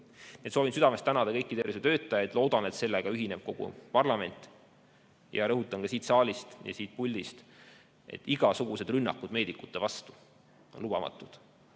Soovin südamest tänada kõiki tervishoiutöötajaid. Loodan, et sellega ühineb kogu parlament. Rõhutan ka siit saalist, siit puldist, et igasugused rünnakud meedikute vastu on lubamatud,